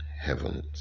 heavens